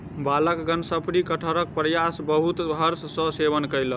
बालकगण शफरी कटहरक पायस बहुत हर्ष सॅ सेवन कयलक